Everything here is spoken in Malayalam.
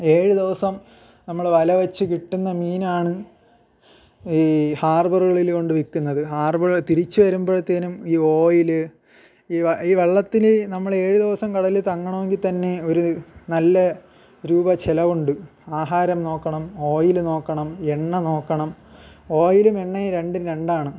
ഏഴു ദിവസം നമ്മൾ വല വച്ച് കിട്ടുന്ന മീനാണ് ഈ ഹാർബറുകളിൽ കൊണ്ടു വിൽക്കുന്നത് ഹാർബറിൽ തിരിച്ച് വരുമ്പോഴത്തേക്കും ഈ ഓയില് ഈ ഈ വള്ളത്തിൽ നമ്മൾ ഏഴ് ദിവസം കടലിൽ തങ്ങണമെങ്കിൽത്തന്നെ ഒരു നല്ല രൂപ ചിലവുണ്ട് ആഹാരം നോക്കണം ഓയില് നോക്കണം എണ്ണ നോക്കണം ഓയിലും എണ്ണയും രണ്ടും രണ്ടാണ്